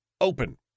open